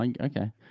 Okay